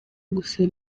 gusa